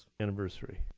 anniversary.